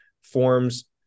forms